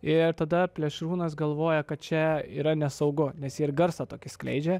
ir tada plėšrūnas galvoja kad čia yra nesaugu nes jie ir garsą tokį skleidžia